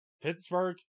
Pittsburgh